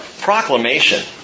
Proclamation